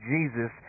Jesus